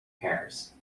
pairs